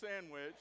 sandwich